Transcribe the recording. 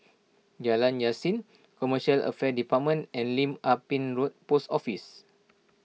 Jalan Yasin Commercial Affairs Department and Lim Ah Pin Road Post Office